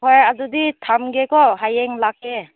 ꯍꯣꯏ ꯑꯗꯨꯗꯤ ꯊꯝꯒꯦꯀꯣ ꯍꯌꯦꯡ ꯂꯥꯛꯀꯦ